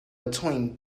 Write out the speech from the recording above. between